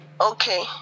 Okay